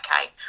okay